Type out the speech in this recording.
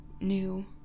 New